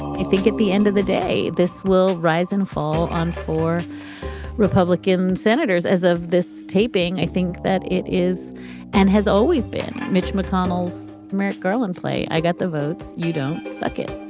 i think, at the end of the day. this will rise and fall on four republican senators as of this taping i think that it is and has always been mitch mcconnell's merrick garland play. i got the votes. you don't suck it